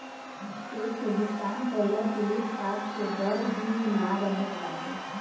check से भुगतान कईला से लूटपाट कअ भी डर नाइ रहत बाटे